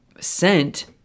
sent